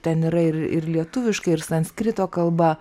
ten yra ir ir lietuviškai ir sanskrito kalba